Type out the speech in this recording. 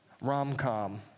rom-com